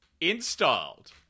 installed